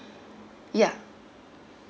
yeah